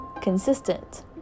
consistent